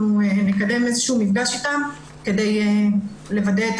אנחנו נקדם איזשהו מפגש איתם כדי לוודא את